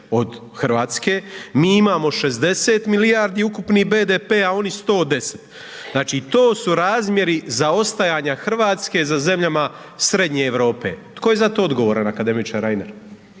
od RH, mi imamo 60 milijardi ukupni BDP, a oni 110, znači to su razmjeri zaostajanja RH za zemljama Srednje Europe, tko je za to odgovoran akademiče Reiner?